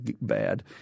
bad